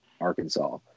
Arkansas